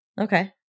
Okay